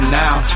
now